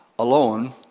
alone